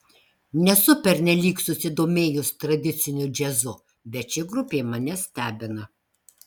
nesu pernelyg susidomėjus tradiciniu džiazu bet ši grupė mane stebina